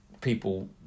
people